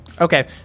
Okay